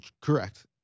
Correct